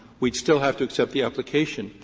we'd still have to accept the application.